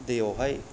दैयावहाय